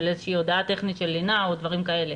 של איזושהי טכנית של לינה או דברים כאלה.